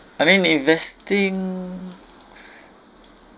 I mean investing